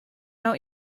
out